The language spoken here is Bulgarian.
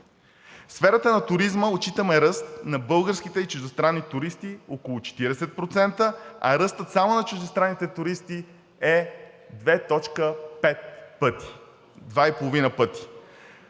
В сферата на туризма отчитаме ръст на българските и чуждестранните туристи – около 40%, а ръстът само на чуждестранните туристи е 2,5 пъти.